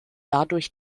dadurch